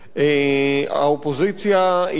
האופוזיציה היא קטנה,